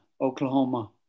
Oklahoma